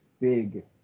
big